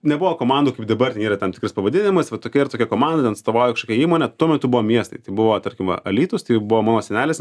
nebuvo komandų kaip dabar yra tam tikras pavadinimas va tokia ir tokia komanda atstovauja kažkokią įmonė tuo metu buvo miestai tai buvo tarkime alytus tai buvo mano senelis